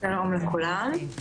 שלום לכולן.